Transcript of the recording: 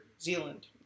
Zealand